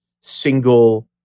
single